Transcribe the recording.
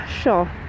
sure